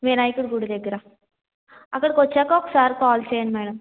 వినాయకుడి గుడి దగ్గర అక్కడికొచ్చాక ఒకసారి కాల్ చేయండి మేడం